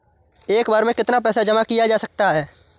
एक बार में कितना पैसा जमा किया जा सकता है?